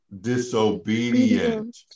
disobedient